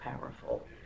powerful